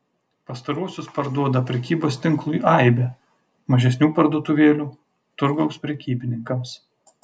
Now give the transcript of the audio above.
pastaruosius parduoda prekybos tinklui aibė mažesnių parduotuvėlių turgaus prekybininkams